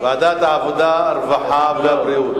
ועדת העבודה, הרווחה והבריאות.